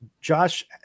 Josh